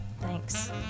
Thanks